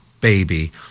BABY